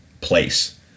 place